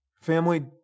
family